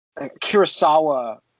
kurosawa